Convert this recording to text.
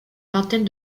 vingtaine